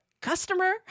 customer